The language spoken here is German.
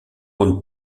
und